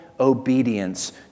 obedience